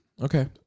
okay